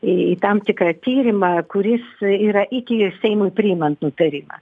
į tam tikrą tyrimą kuris yra iki seimui priimant nutarimą